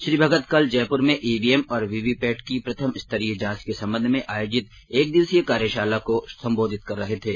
श्री भगत कल जयप्र में ईवीएम और वीवीपैट की प्रथम स्तरीय जांच के संबंध में आयोजित एकदिवसीय कार्यशाला को संबोधित कर रहे थे